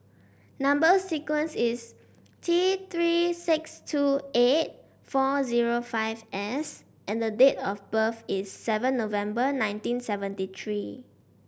number sequence is T Three six two eight four zero five S and date of birth is seven November nineteen seventy three